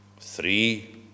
three